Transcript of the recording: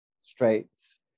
straits